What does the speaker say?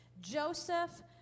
Joseph